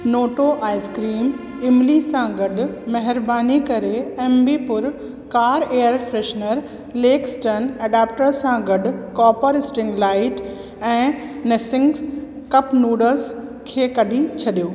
Noto ice cream इमली सां गॾु महिरबानी करे एमबीपुर कार एयर फ्रेशनर लेकस्टन अडाप्टर सां गडु॒ कॉपर स्ट्रिंग लाइट ऐं निस्सिन कप नूडल्स खे कढी छॾियो